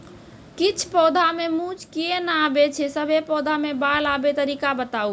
किछ पौधा मे मूँछ किये नै आबै छै, सभे पौधा मे बाल आबे तरीका बताऊ?